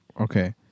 Okay